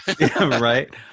Right